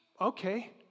Okay